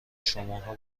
شماها